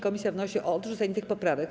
Komisja wnosi o odrzucenie tych poprawek.